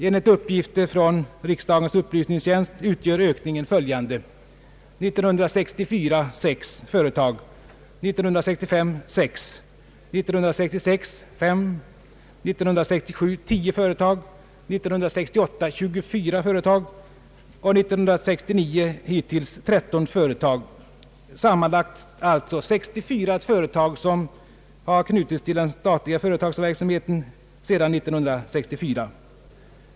Enligt uppgifter från riksdagens upplysningstjänst utgör ökningen: under år 1964 6 företag, år 1965 6, år 1966 5, år 1967 10, år 1968 24 och under år 1969 hittills 13 företag. Sammanlagt har alltså 64 företag knutits till den statliga företagsverksamheten sedan år 1964.